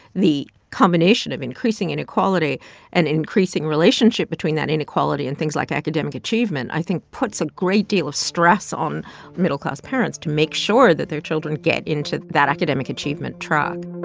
the combination of increasing inequality and increasing relationship between that inequality and things like academic achievement i think puts a great deal of stress on middle-class parents to make sure that their children get into that academic achievement track